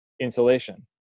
insulation